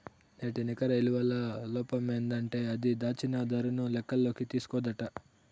నేటి నికర ఇలువల లోపమేందంటే అది, దాచిన దరను లెక్కల్లోకి తీస్కోదట